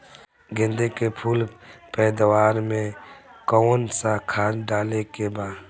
गेदे के फूल पैदवार मे काउन् सा खाद डाले के बा?